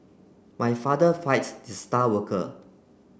my father fight the star worker